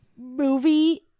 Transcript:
movie